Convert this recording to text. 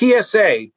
PSA